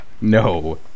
No